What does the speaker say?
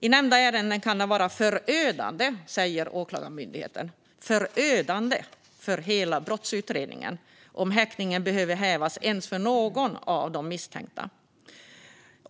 I nämnda ärenden kan det vara förödande, säger Åklagarmyndigheten, för hela brottsutredningen om häktningen behöver hävas ens för någon av de misstänkta.